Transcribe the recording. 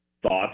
thoughts